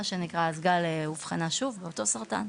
גל אובחנה כחולה שוב בסרטן,